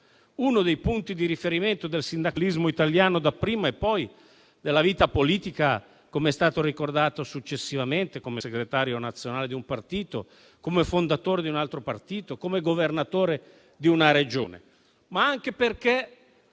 uno dei punti di riferimento del sindacalismo italiano dapprima, e poi della vita politica, com'è stato ricordato successivamente, come segretario nazionale di un partito, come fondatore di un altro partito e come governatore di una Regione,